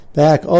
back